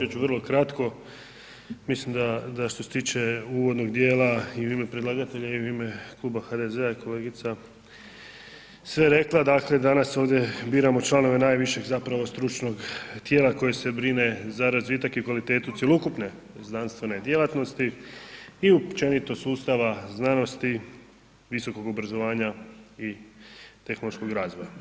Ja ću vrlo kratko, mislim da što se tiče uvodnog djela i u ime predlagatelja i u ime kluba HDZ-a i kolegica je kolegica sve rekla, dakle danas ovdje biramo članove najviše zapravo stručnog tijela koje se brine za razvitak i kvalitetu cjelokupne znanstvene djelatnosti i općenito sustava znanosti, visokog obrazovanja i tehnološkog razvoja.